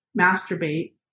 masturbate